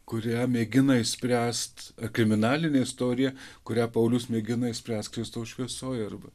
kurią mėgina išspręst kriminalinė istorija kurią paulius mėgina išspręsti kristaus šviesoj arba